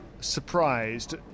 surprised